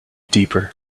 deeper